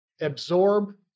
absorb